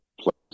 place